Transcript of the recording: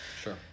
Sure